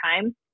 time